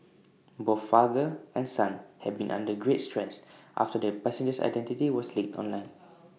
both father and son have been under great stress after the passenger's identity was leaked online